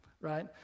right